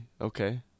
Okay